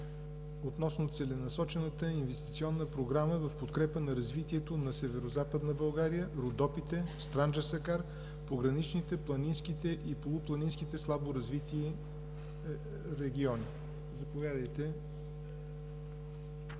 относно Целенасочената инвестиционна програма в подкрепа на развитието на Северозападна България, Родопите, Странджа Сакар, пограничните, планинските и полупланинските слабо развити региони. Госпожо